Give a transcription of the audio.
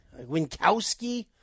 Winkowski